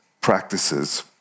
practices